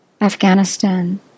Afghanistan